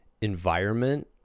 environment